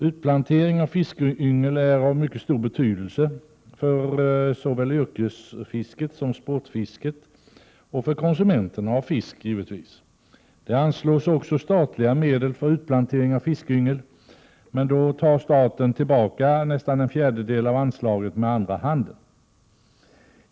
Utplantering av fiskyngel är av mycket stor betydelse för såväl yrkesfisket som sportfisket och givetvis för konsumenterna av fisk. Det anslås också statliga medel för utplantering av fiskyngel, men då tar staten tillbaka nästan en fjärdedel av anslaget med andra handen.